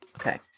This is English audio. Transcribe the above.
Okay